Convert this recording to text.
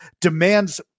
demands